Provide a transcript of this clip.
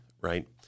right